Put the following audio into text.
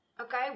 Okay